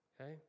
okay